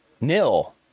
NIL